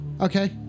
Okay